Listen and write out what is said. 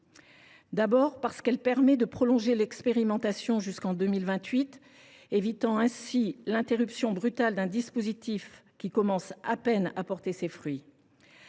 D’abord, elle permet de prolonger l’expérimentation jusqu’en 2028, évitant ainsi l’interruption brutale d’un dispositif qui commence à peine à porter ses fruits.